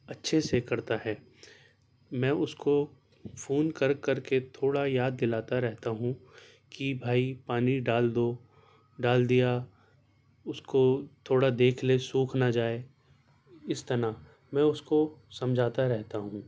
اچھے سے کرتا ہے میں اس کو فون کر کر کے تھوڑا یاد دلاتا رہتا ہوں کہ بھائی پانی ڈال دو ڈال دیا اس کو تھوڑا دیکھ لے سوکھ نہ جائے اس طرح میں اس کو سمجھاتا رہتا ہوں